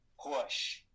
push